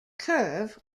curve